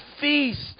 feast